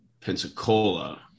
Pensacola